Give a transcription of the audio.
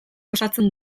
osatzen